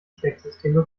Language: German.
stecksysteme